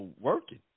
working